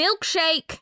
Milkshake